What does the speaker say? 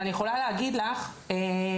ואני יכולה להגיד לך שברמת,